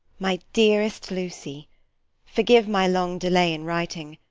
my dearest lucy forgive my long delay in writing,